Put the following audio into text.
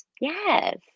Yes